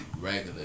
regular